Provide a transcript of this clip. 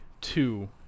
two –